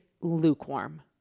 lukewarm